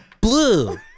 Blue